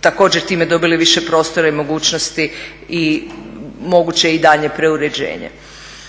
također time dobile više prostora i mogućnosti moguće i daljnje preuređenje.